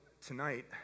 tonight